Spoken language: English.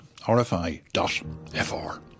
rfi.fr